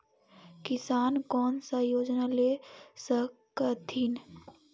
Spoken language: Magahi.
किसान कोन सा योजना ले स कथीन?